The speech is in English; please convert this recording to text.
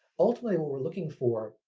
ultimately what we are looking for,